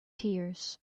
tears